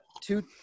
two